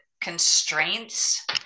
constraints